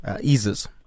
eases